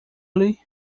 lhe